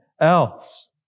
else